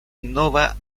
nova